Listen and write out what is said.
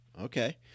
Okay